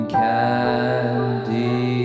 candy